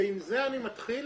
ועם זה אני מתחיל,